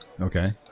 Okay